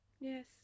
yes